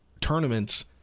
tournaments